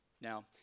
Now